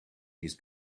his